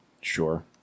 Sure